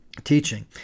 teaching